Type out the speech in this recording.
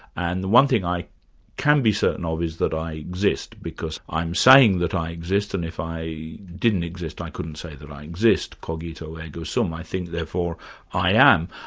and the one thing i can be certain ah of is that i exist, because i'm saying that i exist, and if i didn't exist i couldn't say that i exist' cogito ergo sum so um i think, therefore i am.